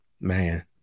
Man